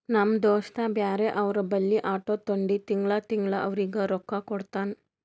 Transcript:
ನಮ್ ದೋಸ್ತ ಬ್ಯಾರೆ ಅವ್ರ ಬಲ್ಲಿ ಆಟೋ ತೊಂಡಿ ತಿಂಗಳಾ ತಿಂಗಳಾ ಅವ್ರಿಗ್ ರೊಕ್ಕಾ ಕೊಡ್ತಾನ್